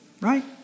Right